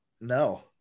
No